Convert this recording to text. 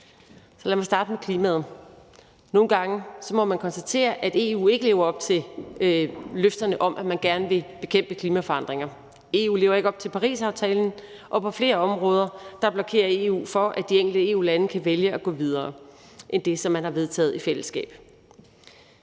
vil jeg starte med klimaet. Nogle gange må man konstatere, at EU ikke lever op til løfterne om, at man gerne vil bekæmpe klimaforandringer. EU lever ikke op til Parisaftalen, og på flere områder blokerer EU for, at de enkelte EU-lande kan vælge at gå videre end det, som man har vedtaget i fællesskab.